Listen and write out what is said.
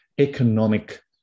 economic